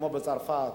כמו בצרפת.